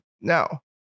Now